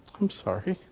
i'm sorry.